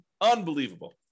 Unbelievable